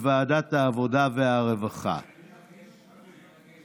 לוועדה שתקבע ועדת הכנסת